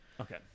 okay